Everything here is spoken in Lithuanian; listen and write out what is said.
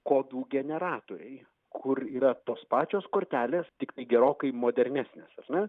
kodų generatoriai kur yra tos pačios kortelės tiktai gerokai modernesnės asmens